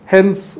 Hence